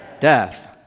Death